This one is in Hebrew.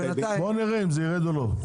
בואו נראה אם זה ירד או לא.